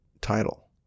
title